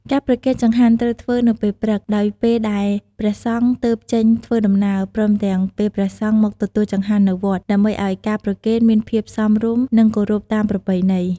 ការប្រគេនចង្ហាន់ត្រូវធ្វើនៅពេលព្រឹក ដោយពេលដែលព្រះសង្ឃទើបចេញធ្វើដំណើរ ព្រមទាំងពេលព្រះសង្ឃមកទទួលចង្ហាន់នៅវត្ត ដើម្បីឲ្យការប្រគេនមានភាពសមរម្យ និងគោរពតាមប្រពៃណី។